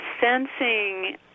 sensing